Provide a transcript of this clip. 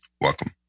Welcome